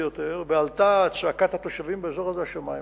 יותר ועלתה צעקת התושבים באזור הזה השמימה,